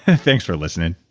thanks for listening.